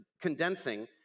condensing